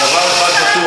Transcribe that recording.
דבר אחד בטוח.